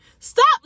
Stop